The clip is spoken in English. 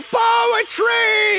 poetry